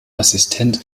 assistent